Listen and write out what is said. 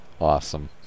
Awesome